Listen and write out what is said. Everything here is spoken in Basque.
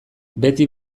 beti